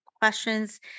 questions